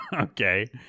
Okay